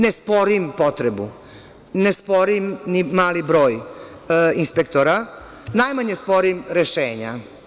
Ne sporim potrebu, ne sporim ni mali broj inspektora, najmanje sporim rešenja.